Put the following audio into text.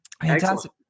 Fantastic